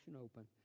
open